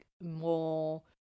more